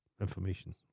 information